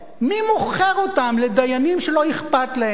מי מוכר אותם לדיינים שלא אכפת להם מהם?